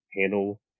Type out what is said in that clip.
handle